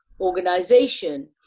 organization